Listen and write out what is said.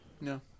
No